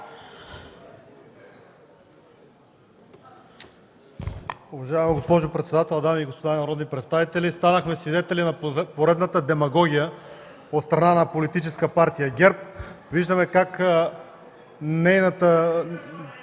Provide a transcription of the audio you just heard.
Уважаема госпожо председател, дами и господа народни представители! Станахме свидетели на поредната демагогия от страна на Политическа партия ГЕРБ. Виждаме как госпожа